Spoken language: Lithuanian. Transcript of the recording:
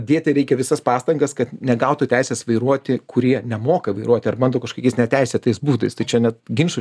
dėti reikia visas pastangas kad negautų teisės vairuoti kurie nemoka vairuoti ar bando kažkokiais neteisėtais būdais tai čia net ginčų